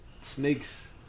snakes